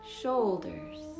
shoulders